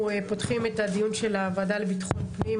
אנחנו פותחים את הדיון של הוועדה לביטחון הפנים.